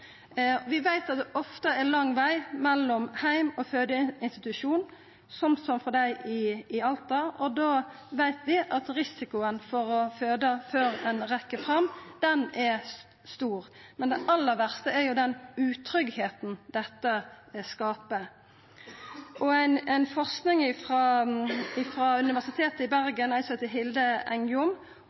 til. Vi veit at det ofte er lang veg mellom heim og fødeinstitusjon, som for dei i Alta, og då veit vi at risikoen for å føda før ein rekk fram, er stor. Men det aller verste er den utryggleiken dette skaper. Ein studie ved Universitetet i Bergen, av bl.a. Hilde Engjom,